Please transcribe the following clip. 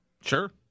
Sure